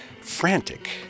frantic